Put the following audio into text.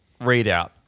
readout